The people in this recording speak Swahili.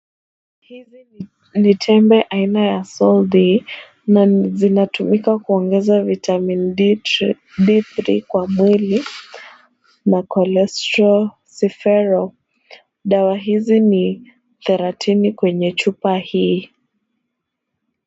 Hizi ni tembe aina ya Sol D na zinatumika kuongeza vitamin D3 kwa mwili na Cholecalciferol .Dawa hizi ni taratini kwenye chupa hii.